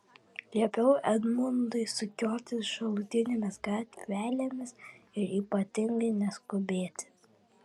liepiau edmundui sukiotis šalutinėmis gatvelėmis ir ypatingai neskubėti